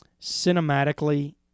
cinematically